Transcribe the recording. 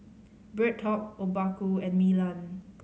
BreadTalk Obaku and Milan